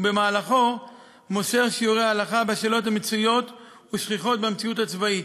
ובמהלכו מוסר שיעורי הלכה בשאלות מצויות ושכיחות במציאות הצבאית,